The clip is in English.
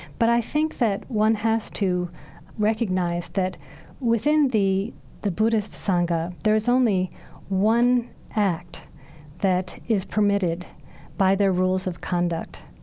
but i think that one has to recognize that within the the buddhist sangha, there is only one act that is permitted by their rules of conduct,